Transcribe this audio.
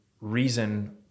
reason